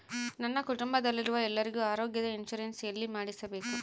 ನನ್ನ ಕುಟುಂಬದಲ್ಲಿರುವ ಎಲ್ಲರಿಗೂ ಆರೋಗ್ಯದ ಇನ್ಶೂರೆನ್ಸ್ ಎಲ್ಲಿ ಮಾಡಿಸಬೇಕು?